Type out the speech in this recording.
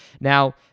Now